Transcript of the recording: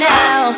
now